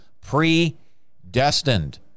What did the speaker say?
Predestined